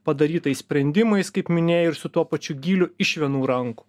padarytais sprendimais kaip minėjai ir su tuo pačiu gyliu iš vienų rankų